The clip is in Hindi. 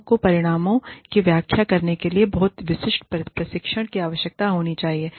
लोगों को परिणामों की व्याख्या करने के लिए बहुत विशिष्ट प्रशिक्षण की आवश्यकता नहीं होनी चाहिए